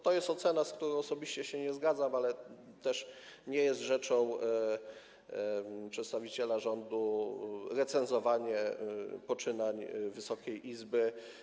To jest ocena, z którą osobiście się nie zgadzam, ale nie jest rzeczą przedstawiciela rządu recenzowanie poczynań Wysokiej Izby.